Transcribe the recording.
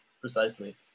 precisely